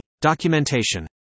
Documentation